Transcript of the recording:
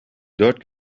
dört